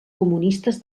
comunistes